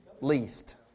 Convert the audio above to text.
least